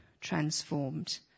transformed